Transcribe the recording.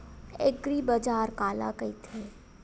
एग्रीबाजार काला कइथे?